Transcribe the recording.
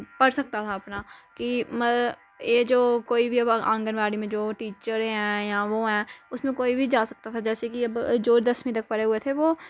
पढ़ सकता था अपना की एह् जो कोई बी आंगनवाड़ी में जो टीचर है या वो है उसमें कोई बी जा सकता था जैसे की अब जो दसवीं तक पढ़े हुए थे